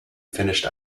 finished